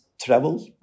travel